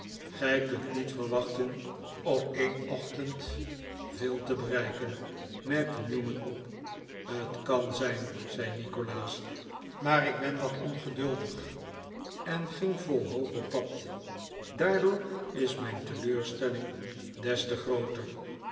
gij kunt niet verwachten op een ochtend veel te bereiken merkte newman op t kan zijn zei nikolaas maar ik ben wat ongeduldig en ging vol hoop op pad daardoor is mijn teleurstelling des te grooter